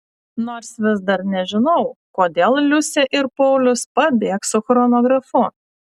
nors vis dar nežinau kodėl liusė ir paulius pabėgs su chronografu